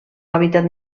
hàbitat